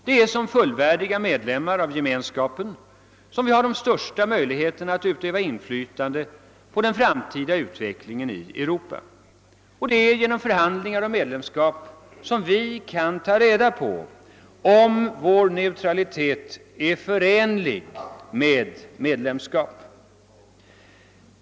Det är som fullvärdig medlem av Gemenskapen som vi har de största möjligheterna att utöva inflytande på den framtida utvecklingen i Europa, och det är genom förhandlingar om medlemskap som vi kan ta reda på om vår neutralitet är förenlig med medlemskap.